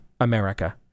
America